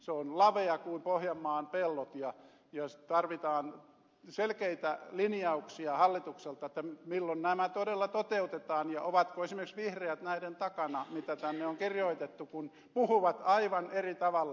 se on lavea kuin pohjanmaan pellot ja tarvitaan selkeitä linjauksia hallitukselta milloin nämä todella toteutetaan ja ovatko esimerkiksi vihreät näiden takana mitä tänne on kirjoitettu kun puhuvat aivan eri tavalla